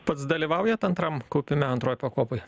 pats dalyvaujat antram kaupime antroj pakopoj